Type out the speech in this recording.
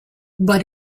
but